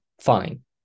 fine